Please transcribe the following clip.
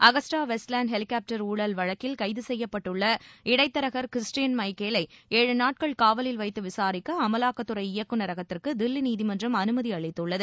Agusta Westland helicopter ஊழல் வழக்கில் கைது செய்யப்பட்டுள்ள இடைத்தரகர் கிறிஸ்டியன் மிச்சேலை ஏழு நாட்கள் காவலில் வைத்து விசாரிக்க அமவாக்கத்துறை இயக்குநரகத்திற்கு தில்லி நீதிமன்றம் அனுமதி அளித்துள்ளது